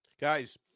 guys